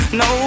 no